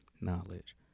Knowledge